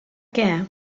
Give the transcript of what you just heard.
què